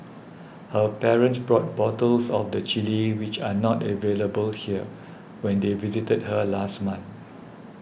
her parents brought bottles of the chilli which are not available here when they visited her last month